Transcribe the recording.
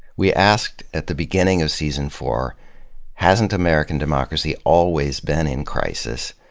we asked at the beginning of season four hasn't american democracy always been in crisis?